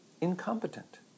incompetent